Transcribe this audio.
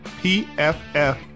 PFF